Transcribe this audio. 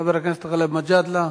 חבר הכנסת גאלב מג'אדלה,